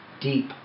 deep